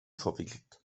verwickelt